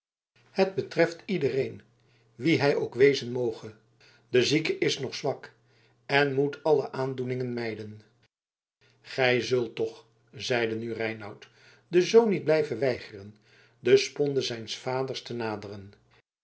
het betreft iedereen wie hij ook wezen moge de zieke is nog zwak en moet alle aandoeningen mijden gij zult toch zeide nu reinout den zoon niet blijven weigeren de sponde zijns vaders te naderen